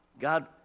God